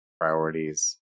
priorities